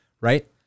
right